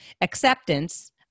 acceptance